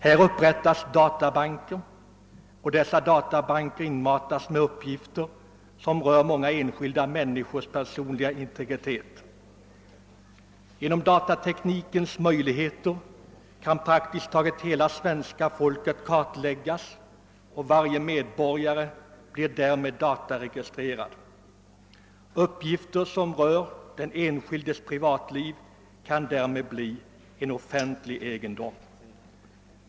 Det upprättas databanker, och dessa databanker inmatas med uppgifter som rör många människors personliga integritet. Genom datateknikens möjligheter kan praktiskt taget hela svenska folket kartläggas, och varje medborgare är dataregistrerad. Uppgifter som rör den enskildes privatliv kan därmed bli offentlig egendom.